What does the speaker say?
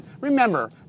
remember